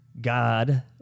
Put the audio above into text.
God